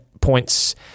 points